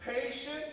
patience